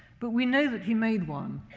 but we know that he made one,